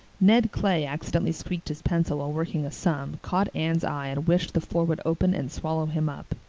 ned clay accidentally squeaked his pencil while working a sum, caught anne's eye and wished the floor would open and swallow him up.